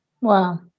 Wow